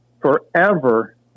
forever